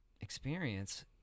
experience